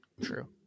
True